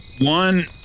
One